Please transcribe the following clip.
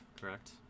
correct